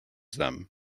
them